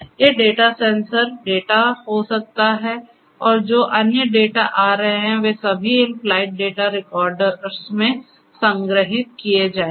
ये data sensor data हो सकते हैं और जो अन्य डेटा आ रहे हैं वे सभी इन फ्लाइट डेटा रिकॉर्डर्स में संग्रहीत किए जाएंगे